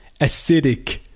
acidic